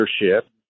leadership